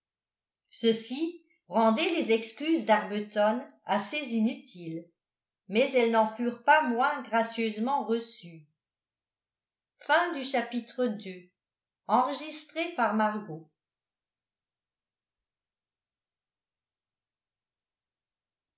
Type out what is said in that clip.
ceci rendait les excuses d'arbuton assez inutiles mais elles n'en furent pas moins gracieusement reçues